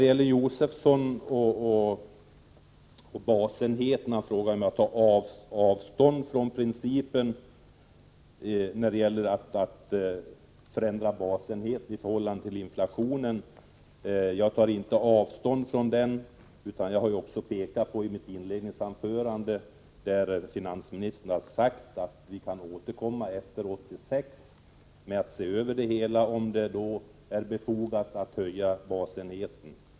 Stig Josefson frågar om jag tar avstånd från principen om att förändra basenheten i förhållande till inflationen. Jag tar inte avstånd från den, utan jag har i mitt inledningsanförande pekat på att finansministern har sagt att vi får återkomma efter 1986 med en översyn, så får vi se om det då är befogat att höja basenheten.